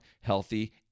healthy